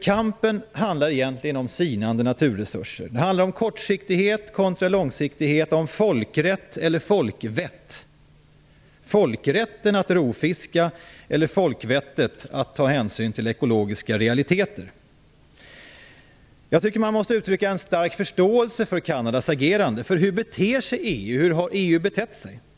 Kampen handlar egentligen om sinande naturresurser. Det handlar om kortsiktighet kontra långsiktighet och om folkrätt eller folkvett - folkrätten att rovfiska eller folkvettet att ta hänsyn till ekologiska realiteter. Jag tycker att vi måste uttrycka en stark förståelse för Kanadas agerande. Hur beter sig EU? Hur har EU betett sig?